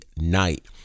night